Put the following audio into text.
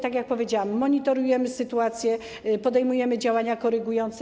Tak jak powiedziałam, monitorujemy sytuację, podejmujemy działania korygujące.